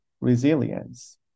resilience